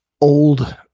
old